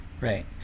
right